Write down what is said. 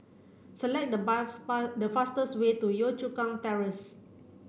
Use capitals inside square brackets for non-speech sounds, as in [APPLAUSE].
select the bar [UNINTELLIGIBLE] the fastest way to Yio Chu Kang Terrace